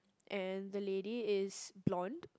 and the lady is blonde